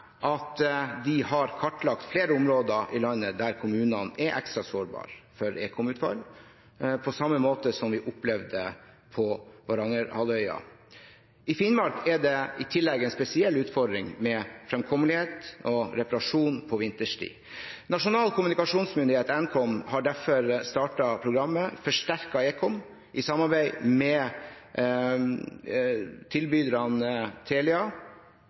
at de har kartlagt flere områder i landet der kommunene er ekstra sårbare for ekomutfall, på samme måte som vi opplevde på Varangerhalvøya. I Finnmark er det i tillegg en spesiell utfordring med framkommelighet og reparasjon på vinterstid. Nasjonal kommunikasjonsmyndighet, Nkom, har derfor startet programmet «Forsterket ekom» i samarbeid med tilbyderne Telia,